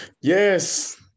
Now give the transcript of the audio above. Yes